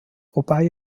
wobei